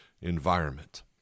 environment